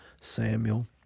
Samuel